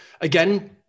again